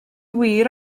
wir